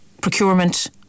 procurement